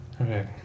Okay